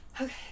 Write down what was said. okay